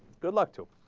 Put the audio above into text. good luck to